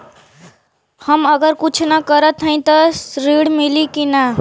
हम अगर कुछ न करत हई त ऋण मिली कि ना?